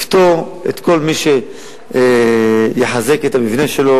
לפטור את כל מי שיחזק את המבנה שלו